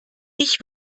ich